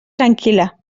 tranquil·la